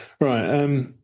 Right